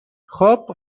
خوب